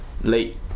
late